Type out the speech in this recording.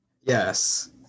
yes